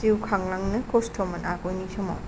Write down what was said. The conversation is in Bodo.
जिउ खांलांनो खस्थ'मोन आगोलनि समाव